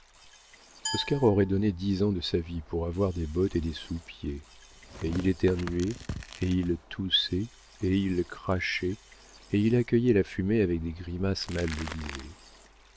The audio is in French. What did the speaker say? aurait donné dix ans de sa vie pour avoir des bottes et des sous-pieds et il éternuait et il toussait et il crachait et il accueillait la fumée avec des grimaces mal déguisées